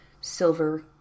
silver